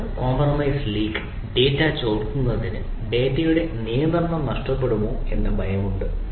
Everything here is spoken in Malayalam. ക്ലൌഡ് കോംപ്രമൈസ് ലീക്ക് ഡാറ്റ ചോർത്തുന്നത് ഡാറ്റയുടെ നിയന്ത്രണം നഷ്ടപ്പെടുമോ എന്ന ഭയം ഉണ്ട്